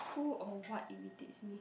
who or what irritates me